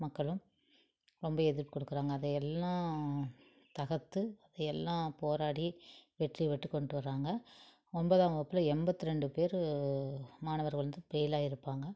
மக்களும் ரொம்ப எதிர்ப்பு கொடுக்குறாங்க அதையெல்லாம் தகர்த்து அதையெல்லாம் போராடி வெற்றி பெற்று கொண்டுட்டு வர்றாங்க ஒன்பதாம் வகுப்பில் எண்பத்ரெண்டு பேரு மாணவர் வந்து பெயில் ஆயிருப்பாங்க